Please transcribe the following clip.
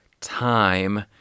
time